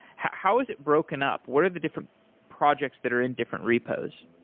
how is it broken up? what are the different projects that are in different repos?